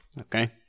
Okay